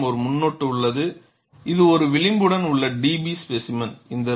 உங்களிடம் ஒரு முன்னொட்டு உள்ளது இது ஒரு விளிம்புடன் உள்ள DB ஸ்பேசிமென்